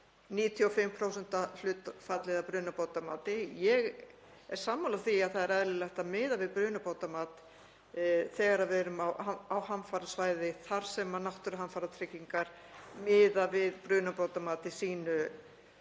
95% hlutfallið af brunabótamati. Ég er sammála því að það er eðlilegt að miða við brunabótamat þegar við erum á hamfarasvæði þar sem náttúruhamfaratrygging miðar við brunabótamat í sínum